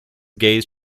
gaze